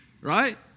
Right